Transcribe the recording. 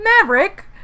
Maverick